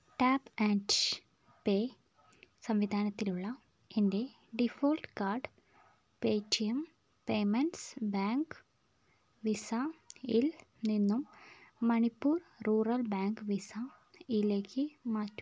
tap and pay സംവിധാനത്തിലുള്ള എൻ്റെ default card Paytm payments bank വിസയിൽ നിന്നും മണിപ്പൂർ റൂറൽ ബാങ്ക് വിസയിലേക്ക് മാറ്റുക